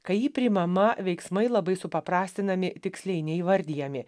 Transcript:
kai ji priimama veiksmai labai supaprastinami tiksliai neįvardijami